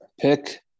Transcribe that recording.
pick